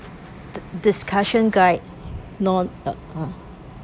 the discussion guide none uh ah